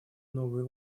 новый